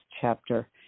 chapter